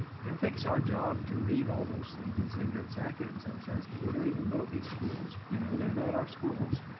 i don't think it's our job to read all those things and say that it's accurate in some sense because we don't even know these schools. you know? they're not our schools.